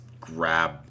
grab